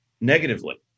negatively